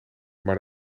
maar